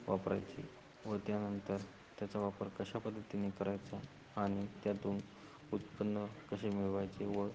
वापरायची व त्यानंतर त्याचा वापर कशा पद्धतीने करायचा आणि त्यातून उत्पन्न कसे मिळवायचे व